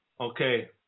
Okay